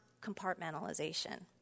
compartmentalization